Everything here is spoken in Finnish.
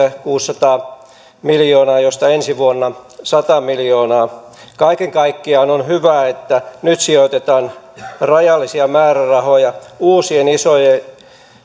kuusisataa miljoonaa josta ensi vuonna sata miljoonaa kaiken kaikkiaan on hyvä että nyt sijoitetaan rajallisia määrärahoja uusien isojen